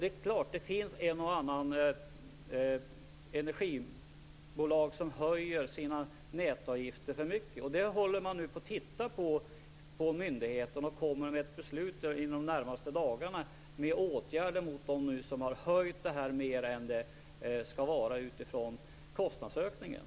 Det är klart att det finns ett och annat energibolag som höjer sina nätavgifter för mycket, men det ser nu myndigheten över, och inom de närmaste dagarna kommer man med ett beslut om åtgärder mot dem som höjt nätavgiften mer än de borde utifrån kostnadsökningen.